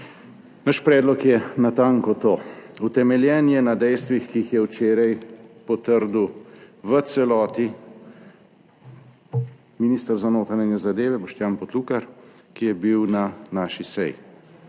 Naš predlog je natanko to. Utemeljen je na dejstvih, ki jih je včeraj potrdil v celoti minister za notranje zadeve Boštjan Poklukar, ki je bil na naši seji